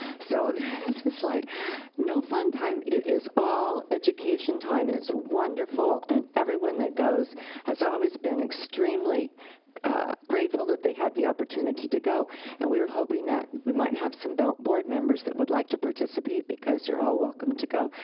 so this is like no fun time. it is all education time and it's wonderful and everyone that goes has always been extremely grateful that they had the opportunity to go and we are hoping that we might have some board members that would like to participate because you're all welcome to go.